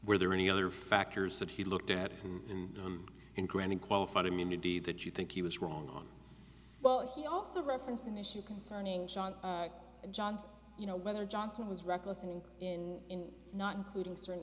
were there any other factors that he looked at and granting qualified immunity that you think he was wrong but he also referenced an issue concerning shawn johnson you know whether johnson was reckless and in not including certain